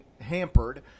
hampered